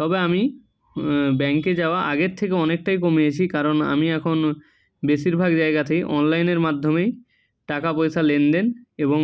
তবে আমি ব্যাংকে যাওয়া আগে থেকে অনেকটাই কমিয়েছি কারণ আমি এখন বেশিরভাগ জায়গাতেই অনলাইনের মাধ্যমেই টাকা পয়সা লেনদেন এবং